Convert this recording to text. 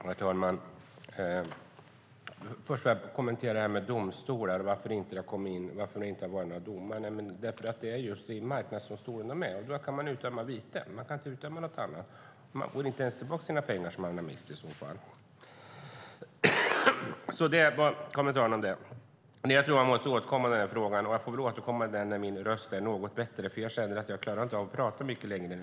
Herr talman! Först vill jag kommentera detta med domstolar, varför det inte har varit några domar. Det är just därför att man i Marknadsdomstolen kan utdöma viten - det går inte att utdöma något annat, och man får inte ens tillbaka de pengar som man eventuellt har mist. Jag tror att jag måste återkomma i den här frågan, och jag får väl återkomma när min röst är något bättre, för jag känner att jag inte klarar av att prata mycket längre nu.